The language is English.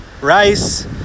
rice